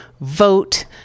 Vote